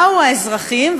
באו האזרחים,